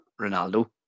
Ronaldo